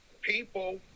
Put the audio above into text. people